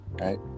right